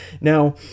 Now